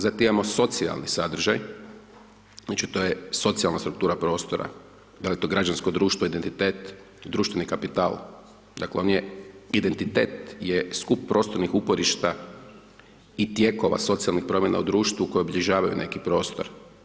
Zatim imamo socijalni sadržaj, znači to je socijalna struktura prostora, da li je to građansko društvo, identitet, društveni kapital, dakle identitet je skup prostornih uporišta i tijekova socijalnih promjena u društvu koje obilježavaju neki prostor.